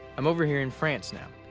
i'm over here in france now.